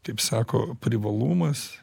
kaip sako privalumas